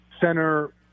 Center